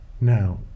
Now